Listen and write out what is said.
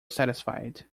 satisfied